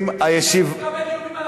אני שמח שהשר אלקין נכנס, שהרשית לו.